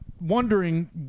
wondering